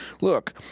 look